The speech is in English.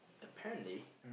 apparently